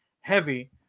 heavy